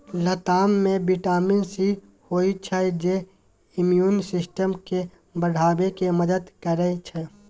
लताम मे vitamin C होइ छै जे इम्युन सिस्टम केँ बढ़ाबै मे मदद करै छै